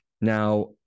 Now